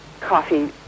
coffee